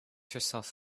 herself